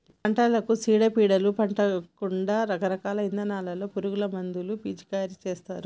పంటలకు సీడ పీడలు పట్టకుండా రకరకాల ఇథానాల్లో పురుగు మందులు పిచికారీ చేస్తారు